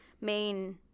main